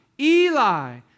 Eli